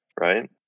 Right